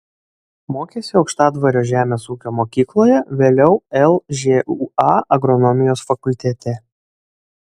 mokėsi aukštadvario žemės ūkio mokykloje vėliau lžūa agronomijos fakultete